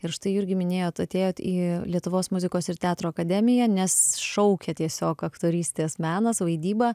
ir štai jurgį minėjot atėjot į lietuvos muzikos ir teatro akademiją nes šaukė tiesiog aktorystės menas vaidyba